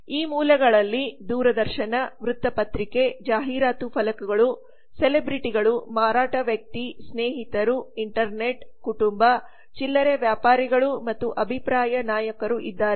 ಈ ಮೂಲಗಳಲ್ಲಿ ದೂರದರ್ಶನವೃತ್ತ ಪತ್ರಿಕೆ ಜಾಹೀರಾತು ಫಲಕಗಳು ಸೆಲೆಬ್ರಿಟಿಗಳು ಮಾರಾಟ ವ್ಯಕ್ತಿ ಸ್ನೇಹಿತರು ಇಂಟರ್ನೆಟ್ ಕುಟುಂಬ ಚಿಲ್ಲರೆ ವ್ಯಾಪಾರಿಗಳು ಮತ್ತು ಅಭಿಪ್ರಾಯ ನಾಯಕರು ಇದ್ದಾರೆ